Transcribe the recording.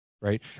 Right